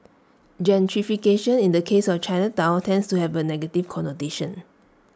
gentrification in the case of Chinatown tends to have A negative connotation